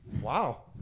Wow